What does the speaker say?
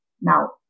Now